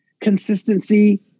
consistency